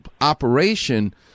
operation